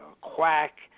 quack